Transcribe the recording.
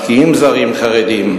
משקיעים זרים חרדים,